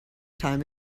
time